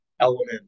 element